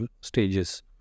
stages